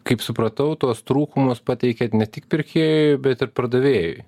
kaip supratau tuos trūkumus pateikiat ne tik pirkėjui bet ir pardavėjui